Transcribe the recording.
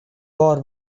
بار